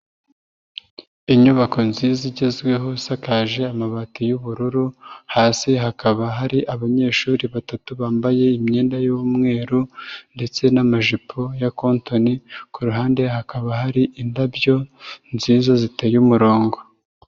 Inyubako nziza igezweho isakaje amabati y'ubururu, hasi hakaba hari abanyeshuri batatu bambaye imyenda y'umweru ndetse n'amajipo ya kontoni ku ruhande hakaba hari indabyo nziza ziteye umurongo.